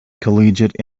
collegiate